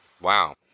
Wow